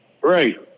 Right